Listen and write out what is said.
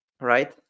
right